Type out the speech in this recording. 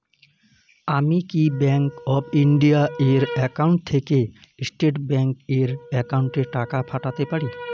আমি কি bank of India এর একাউন্ট থেকে স্টেট ব্যাংক এর একাউন্টে টাকা পাঠাতে পারি?